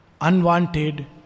Unwanted